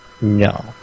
no